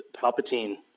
Palpatine